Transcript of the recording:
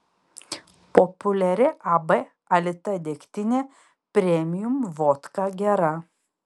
populiari ab alita degtinė premium vodka gera